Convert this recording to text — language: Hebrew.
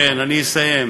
כן, אני אסיים.